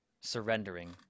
surrendering